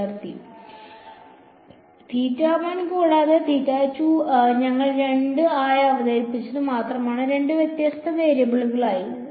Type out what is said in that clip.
വിദ്യാർത്ഥി കൂടാതെ ഞങ്ങൾ 2 ആയി അവതരിപ്പിച്ചത് മാത്രമാണ് 2 വ്യത്യസ്ത വേരിയബിളുകളായി